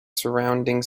surrounding